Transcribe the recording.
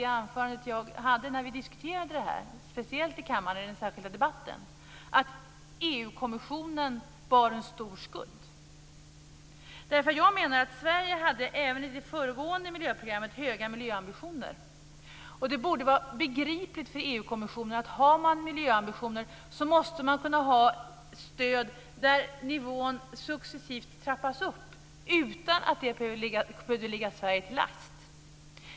Det framhöll jag också i mitt anförande när vi diskuterade frågan i den särskilda debatten här i kammaren. Jag menar att Sverige även i det föregående miljöprogrammet hade höga ambitioner. Det borde också vara begripligt för EU kommissionen att har man miljöambitioner måste det kunna finnas stöd där nivån successivt trappas upp utan att det behöver ligga Sverige till last.